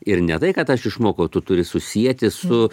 ir ne tai kad aš išmokau tu turi susieti su